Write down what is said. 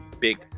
big